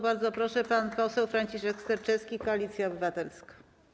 Bardzo proszę, pan poseł Franciszek Sterczewski, Koalicja Obywatelska.